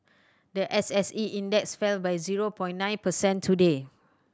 the S SE Index fell by zero point nine percent today